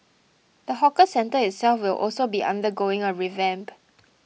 the hawker centre itself will also be undergoing a revamp